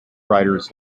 writers